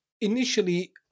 Initially